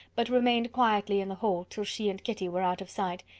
but remained quietly in the hall, till she and kitty were out of sight,